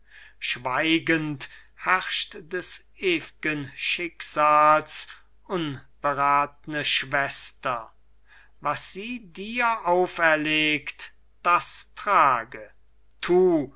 schweigend herrscht des ew'gen schicksals unberathne schwester was sie dir auferlegt das trage thu